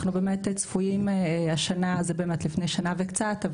השנה אנחנו צפויים --- זה לפני שנה וקצת,